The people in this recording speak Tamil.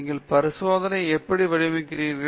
நீங்கள் பரிசோதனையை எப்படி வடிவமைக்கிறீர்கள்